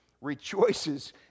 rejoices